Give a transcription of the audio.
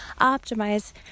optimize